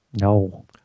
no